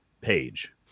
page